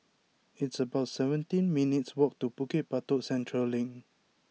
it's about seventeen minutes' walk to Bukit Batok Central Link